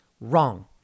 Wrong